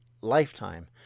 lifetime